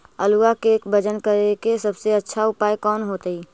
आलुआ के वजन करेके सबसे अच्छा उपाय कौन होतई?